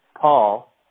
Paul